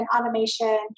automation